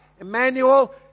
Emmanuel